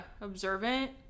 observant